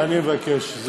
אני מבקש.